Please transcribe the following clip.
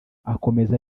akomeza